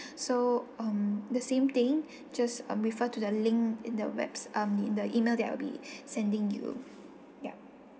so um the same thing just um refer to the link in the web's um in the E-mail that we'll be sending you yup